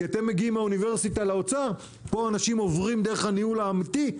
כי אתם מגיעים מהאוניברסיטה לאוצר - פה אנשים עוברים דרך הניהול האמיתי,